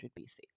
BC